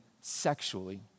sexually